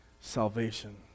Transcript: salvation